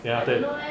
then after that